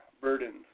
burdens